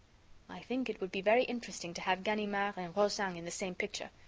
i think it would be very interesting to have ganimard and rozaine in the same picture.